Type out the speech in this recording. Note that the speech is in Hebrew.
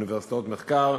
אוניברסיטאות מחקר,